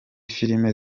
filime